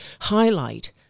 highlight